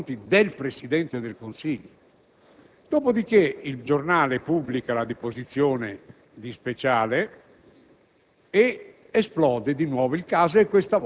quindi siamo addirittura al ridicolo nei confronti del Presidente del Consiglio. Dopodiché, il quotidiano «il Giornale» pubblica la deposizione di Speciale,